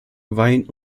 wein